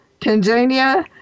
Tanzania